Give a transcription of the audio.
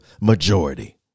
majority